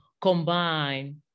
combine